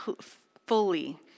fully